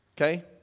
Okay